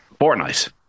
Fortnite